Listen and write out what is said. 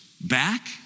back